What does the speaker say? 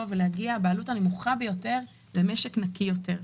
ולהגיע בעלות הנמוכה ביותר למשק נקי יותר.